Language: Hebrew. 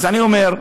ואני אומר,